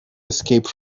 escape